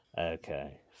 Okay